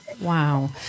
Wow